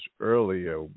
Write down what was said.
earlier